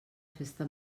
festa